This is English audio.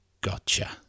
Gotcha